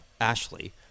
Ashley